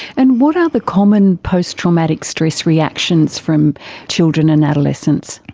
and what are the common post-traumatic stress reactions from children and adolescents?